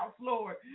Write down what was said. Lord